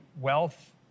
wealth